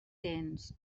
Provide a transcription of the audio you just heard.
tens